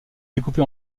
découpé